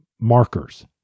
markers